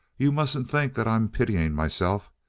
you mustn't think that i'm pitying myself.